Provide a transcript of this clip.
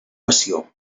passió